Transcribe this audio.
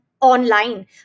online